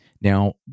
Now